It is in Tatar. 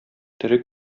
тере